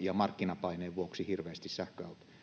ja markkinapaineen vuoksi hirveästi sähköautoja?